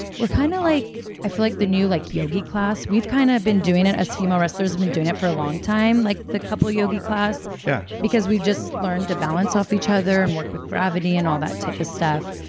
we're kind of like, i feel like, the new like yogi class. we've kind of been doing it. us female wrestlers have been doing it for a long time, like the couple yogi class yeah. because we've just learned to balance off each other and work with gravity and all that type of stuff,